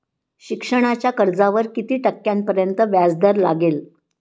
शिक्षणाच्या कर्जावर किती टक्क्यांपर्यंत व्याजदर लागेल?